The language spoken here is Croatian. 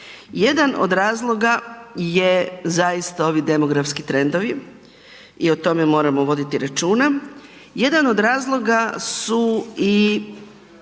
Jedan od razloga je zaista ovi demografski trendovi i o tome moramo voditi računa, jedan od razloga su i